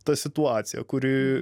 ta situacija kuri